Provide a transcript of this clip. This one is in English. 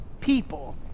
people